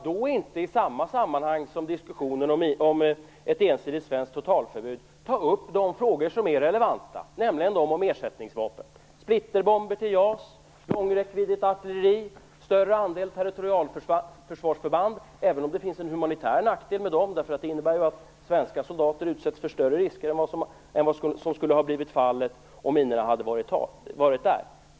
Då måste man i samband med diskussionen om ett ensidigt svenskt totalförbud ta upp de frågor som är relevanta, nämligen dem om ersättningsvapen, splitterbomber till JAS, långräckviddigt artilleri och större andel territorialförsvarsförband - låt vara att det finns en humanitär nackdel med dem; de innebär ju att svenska soldater utsätts för större risker än vad som skulle ha varit fallet om minorna hade varit där.